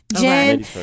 Jen